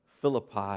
Philippi